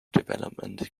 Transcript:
development